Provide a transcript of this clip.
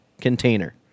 container